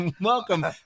Welcome